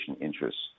interests